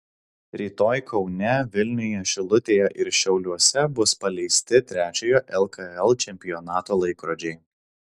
rytoj kaune vilniuje šilutėje ir šiauliuose bus paleisti trečiojo lkl čempionato laikrodžiai